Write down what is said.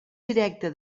directe